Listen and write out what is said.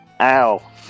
Ow